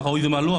מה ראוי ומה לא,